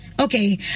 Okay